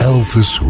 Elvis